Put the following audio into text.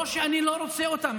לא שאני לא רוצה אותם,